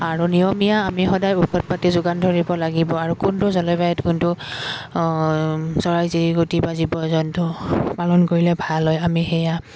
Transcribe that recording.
আৰু নিয়মীয়া আমি সদায় ঔষধ পাতি যোগান ধৰিব লাগিব আৰু কোনটো জলবায়ুত কোনটো চৰাই চিৰিকটি বা জীৱ জন্তু পালন কৰিলে ভাল হয় আমি সেয়া